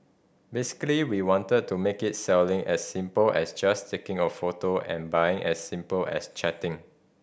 basically we wanted to make it selling as simple as just taking a photo and buying as simple as chatting